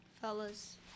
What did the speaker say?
Fellas